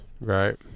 Right